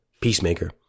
Peacemaker